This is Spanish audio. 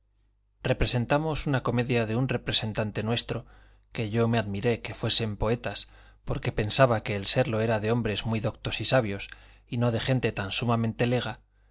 representamos una comedia de un representante nuestro que yo me admiré de que fuesen poetas porque pensaba que el serlo era de hombres muy doctos y sabios y no de gente tan sumamente lega